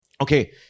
Okay